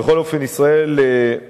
בכל אופן, ישראל מודעת